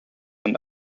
and